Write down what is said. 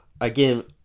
again